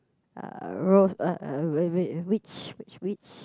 uh rose uh uh eh which which which